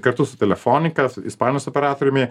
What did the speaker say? kartu su telefonika ispanus operatoriumi